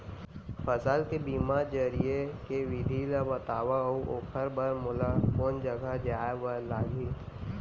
फसल के बीमा जरिए के विधि ला बतावव अऊ ओखर बर मोला कोन जगह जाए बर लागही?